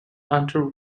under